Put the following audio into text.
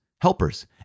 helpers